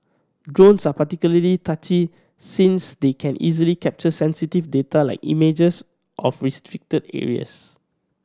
drones are particularly touchy since they can easily capture sensitive data like images of restricted areas